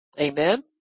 Amen